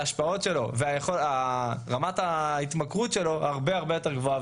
ההשפעות שלו ורמת ההתמכרות שלו הרבה יותר גבוה.